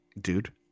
dude